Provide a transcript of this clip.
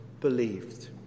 believed